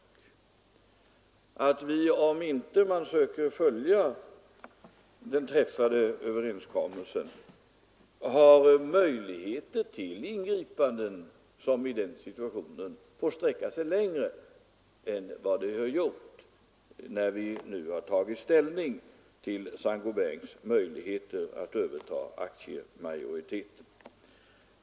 Det är klart att vi, om man inte söker uppfylla den träffade överenskommelsen, har möjligheter till ingripanden som i en sådan situation får sträcka sig längre än vad de gjorde när vi tog ställning till Saint-Gobains möjligheter att överta aktiemajoriteten.